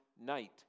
night